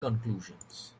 conclusions